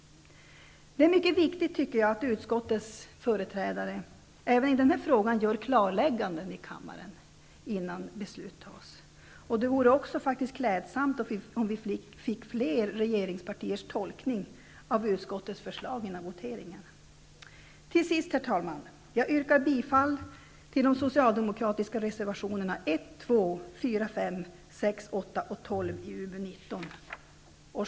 Det är mycket viktigt att utskottets företrädare även i denna fråga gör klarlägganden i kammaren innan beslut fattas. Det vore också faktiskt klädsamt om vi fick fler regeringspartiers tolkning av utskottets förslag före voteringen. Till sist, herr talman, yrkar jag bifall till de socialdemokratiska reservationerna 1, 2, 4, 5, 6, 8 och 12 i UbU19.